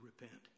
repent